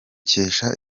dukesha